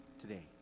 today